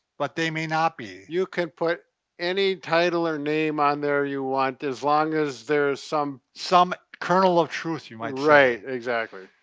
but they may not be. you can put any title or name on there you want as long as there is some. some kernel of truth you might say. right, exactly.